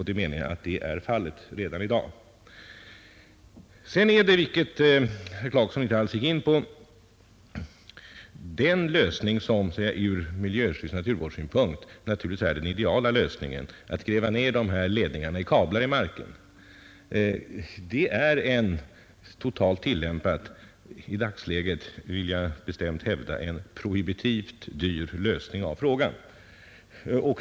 Den andra vägen — vilken herr Clarkson inte alls gick in på — är den som från miljövårdsoch naturskyddssynpunk naturligtvis är den ideala, nämligen att man lägger denna ledningskabel i marken. Det är i dagsläget en totalt tillämpad — det vill jag bestämt hävda — prohibitivt dyr lösning av problemet.